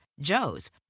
Joe's